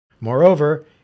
Moreover